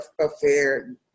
affair